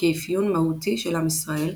כאפיון מהותי של עם ישראל,